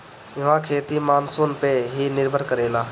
इहवा खेती मानसून पअ ही निर्भर करेला